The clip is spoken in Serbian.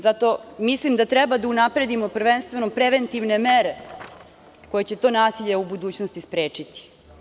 Zato mislim da treba da unapredimo prvenstveno preventivne mere koje će to nasilje u budućnosti sprečiti.